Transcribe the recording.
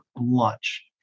lunch